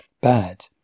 bad